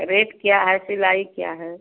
rate क्या है सिलाई क्या है